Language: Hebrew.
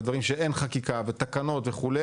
ודברים שאין חקיקה ותקנות וכו'.